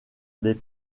des